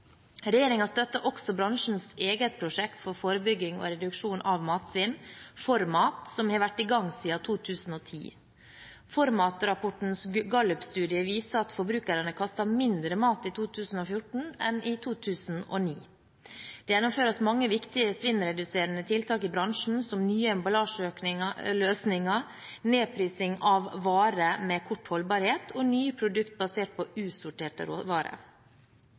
støtter også bransjens eget prosjekt for forebygging og reduksjon av matsvinn, ForMat, som har vært i gang siden 2010. ForMat-rapportens gallupstudier viser at forbrukerne kastet mindre mat i 2014 enn i 2009. Det gjennomføres mange viktige svinnreduserende tiltak i bransjen, som nye emballasjeløsninger, nedprising av varer med kort holdbarhet og nye produkter basert på